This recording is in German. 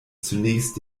zunächst